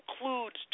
includes